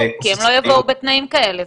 כי הם לא יבואו בתנאים כאלה,